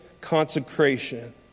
consecration